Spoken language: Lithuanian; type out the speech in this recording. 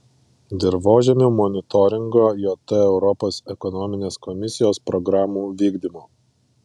dirvožemių monitoringo jt europos ekonominės komisijos programų vykdymo